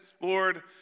Lord